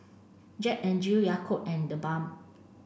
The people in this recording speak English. Jack N Jill Yakult and TheBalm